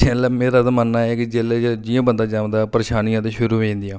ते जेल्लै मेरा ते मन्नना ऐ कि जिसलै जि'यां बंदा जम्मदा ऐ परेशानियां ते शुरू होई जंदियां